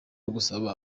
ugusaba